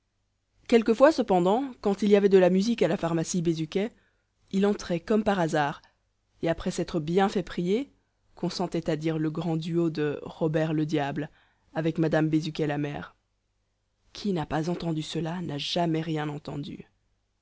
quelquefois cependant quand il y avait de la musique à la pharmacie bézuquet il entrait comme par hasard et après s'être bien fait prier consentait à dire le grand duo de robert le diable avec madame bézuquet la mère qui n'a pas entendu cela n'a jamais rien entendu